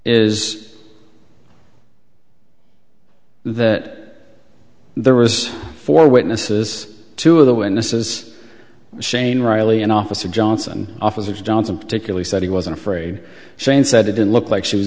is that there was four witnesses two of the witnesses shane riley and officer johnson officer johnson particularly said he wasn't afraid shane said it didn't look like she was